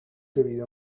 debido